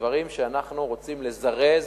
דברים שאנחנו רוצים: לזרז